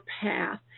path